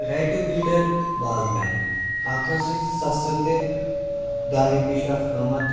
ریٹو metre بال پٮ۪ن اَکھ ہَسا چھُ سستہٕ تہِ دَہ رۄپیہِ چھِ اَتھ قۭمَتھ